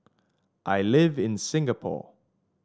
I live in Singapore